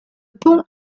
pont